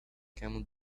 camel